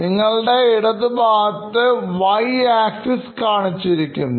നിങ്ങളുടെ ഇടതുഭാഗത്തുംY axis കാണിച്ചിരിക്കുന്നു